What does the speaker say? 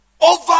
Over